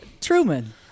Truman